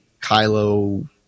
Kylo